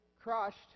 crushed